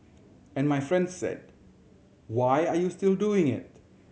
and my friend said Why are you still doing it